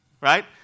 right